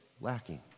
lacking